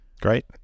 Great